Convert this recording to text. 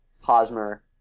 Hosmer